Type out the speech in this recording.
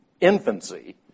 infancy